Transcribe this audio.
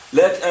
let